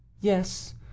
yes